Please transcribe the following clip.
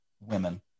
women